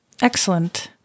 Excellent